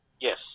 Yes